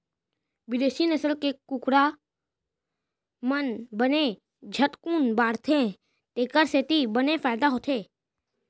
बिदेसी नसल के कुकरा मन बने झटकुन बाढ़थें तेकर सेती बने फायदा होथे